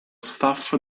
staff